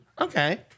Okay